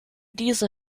diese